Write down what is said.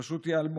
והן פשוט ייעלמו,